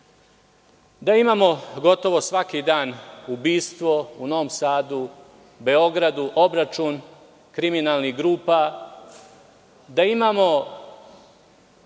da imamo gotovo svaki dan ubistvo u Novom Sadu, Beogradu, obračun kriminalnih grupa, da imamo